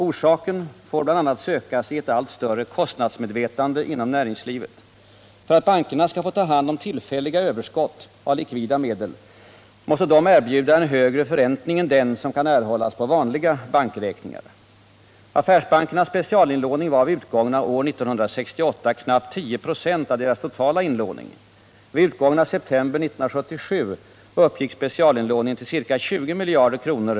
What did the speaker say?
Orsaken får bl.a. sökas i ett allt större kostnadsmedvetande inom näringslivet. För att bankerna skall få ta hand om tillfälliga överskott av likvida medel måste de erbjuda en högre förräntning än den som kan erhållas på vanliga bankräkningar. Affärsbankernas specialinlåning var vid utgången av år 1968 knappt 10 96 av deras totala inlåning. Vid utgången av september 1977 uppgick specialinlåningen till ca 20 miljarder kr.